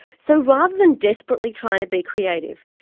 so rather than desperately trying to be creative,